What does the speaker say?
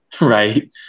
Right